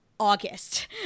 August